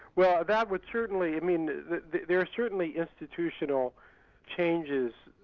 well that would certainly i mean there are certainly institutional changes,